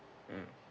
mm